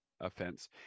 offense